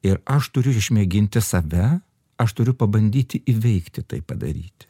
ir aš turiu išmėginti save aš turiu pabandyti įveikti tai padaryti